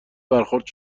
برخورد